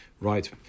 Right